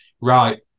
right